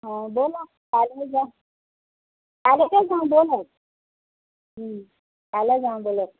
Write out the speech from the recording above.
অ' ব'লক কাইলৈ যাওঁ কাইলৈকে যাওঁ ব'লক কাইলৈ যাওঁ ব'লক